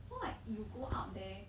so like you go out there